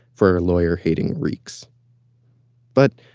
for lawyer-hating reekes but,